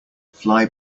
fly